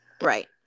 Right